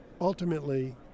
Ultimately